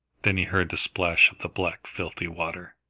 then he heard the splash of the black, filthy water.